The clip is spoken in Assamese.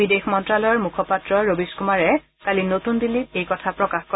বিদেশ মন্ত্ৰালয়ৰ মুখপাত্ৰ ৰবিশ কুমাৰে কালি নতুন দিল্লীত এই কথা প্ৰকাশ কৰে